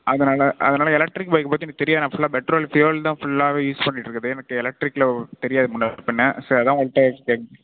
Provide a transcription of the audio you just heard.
அதனால் அதனால் electric bike பற்றி எனக்கு தெரியாது நான் ஃபுல்லாக பெட்ரோல் ஃபியோல் தான் ஃபுல்லாகவே யூஸ் பண்ணிட்டுருக்கறது எனக்கு எலக்ட்ரிக்கில் தெரியாது முன்னே பின்னே சரி அதான் உங்கள்கிட்ட எக்ஸ்ப்ளைன்